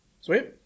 Sweet